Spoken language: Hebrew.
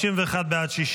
51 בעד, 60